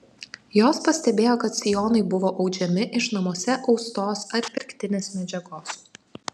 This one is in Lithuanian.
jos pastebėjo kad sijonai buvo audžiami iš namuose austos ar pirktinės medžiagos